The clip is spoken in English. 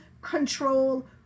control